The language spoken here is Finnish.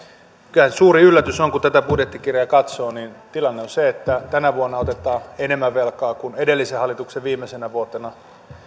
kyllä nyt suuri yllätys on kun tätä budjettikirjaa katsoo että tilanne on se että tänä vuonna otetaan enemmän velkaa kuin edellisen hallituksen viimeisenä vuotena